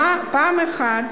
פעם אחת